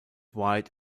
wide